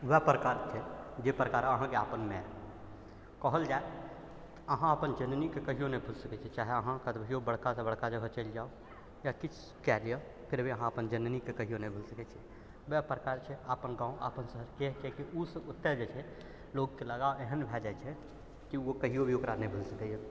वएह प्रकार छै जाहि प्रकार अहाँके अपन माइ कहल जाइ तऽ अहाँ अपन जननीके कहिओ नहि भुलि सकै छी चाहे अहाँ कहिओ बड़कासँ बड़का जगह चलि जाउ या किछु कऽ लिअ करबै अहाँ अपन जननीके कहिओ नहि भुलि सकै छिए वएह प्रकार छै अपन गाँव अपन शहरके कियाकि ओ ओतेक जे छै लोकके लगाव एहन भऽ जाइ छै कि ओ कहिओ भी ओकरा नहि भुलि सकैए